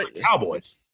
Cowboys